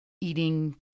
eating